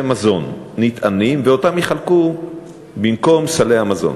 מזון נטענים ואותם יחלקו במקום סלי המזון.